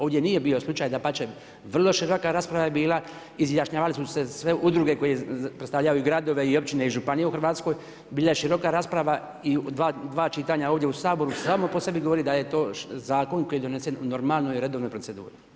Ovdje nije bio slučaj, dapače, vrlo široka rasprava je bila, izjašnjavale su se sve udruge koje predstavljaju gradove i općine i županije u Hrvatskoj, bila je široka rasprava i dva čitanja ovdje u Saboru samo po sebi govori da je to zakon koji je donesen u normalnoj i redovnoj proceduri.